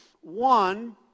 One